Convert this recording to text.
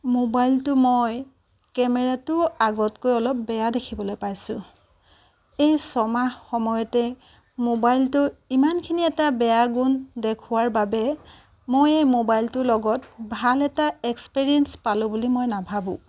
ম'বাইলটো মই কেমেৰাটো আগতকৈ অলপ বেয়া দেখিবলৈ পাইছো এই ছমাহ সময়তে ম'বাইলটো ইমানখিনি এটা বেয়া গুণ দেখুওৱাৰ বাবে মই এই ম'বাইলটোৰ লগত ভাল এটা এক্সপেৰিয়েঞ্চ পালো বুলি মই নাভাবো